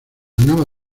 nava